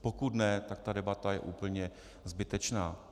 Pokud ne, tak ta debata je úplně zbytečná.